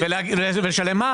נראה לי שיש בלבול.